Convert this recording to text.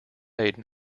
made